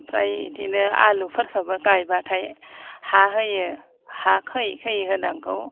ओमफ्राय बिदिनो आलुफोरखोबो गायबाथाय हा होयो हा खोयै खोयै होनांगौ